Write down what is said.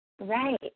Right